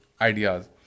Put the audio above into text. ideas